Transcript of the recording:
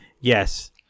yes